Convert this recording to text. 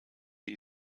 die